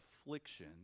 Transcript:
affliction